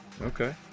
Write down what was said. Okay